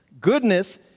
goodness